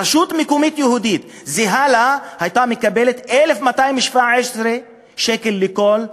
רשות מקומית יהודית זהה לה הייתה מקבלת 1,217 שקל לכל תושב.